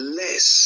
less